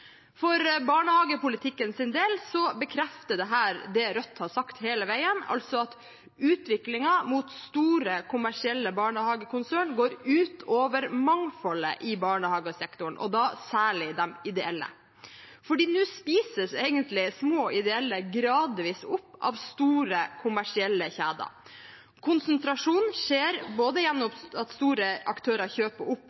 For barnehagepolitikkens del bekrefter dette det som Rødt har sagt hele veien, at utviklingen i retning av store kommersielle barnehagekonsern går ut over mangfoldet i barnehagesektoren, særlig ut over de ideelle. Nå spises de små, ideelle barnehagene gradvis opp av store, kommersielle kjeder. Konsentrasjonen skjer både gjennom at store aktører kjøper opp